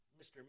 Mr